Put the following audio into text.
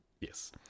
Yes